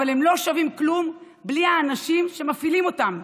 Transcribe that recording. אבל הם לא שווים כלום בלי האנשים שמפעילים אותם.